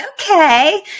okay